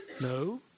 No